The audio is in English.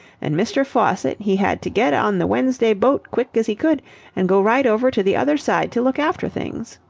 and mr. faucitt he had to get on the wednesday boat quick as he could and go right over to the other side to look after things.